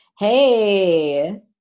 Hey